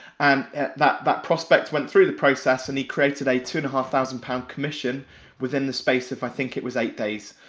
and that but prospect went through the process and he created a two and a half thousand pound commission within the space of i think it was eight days,